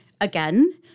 Again